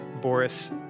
Boris